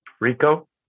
Rico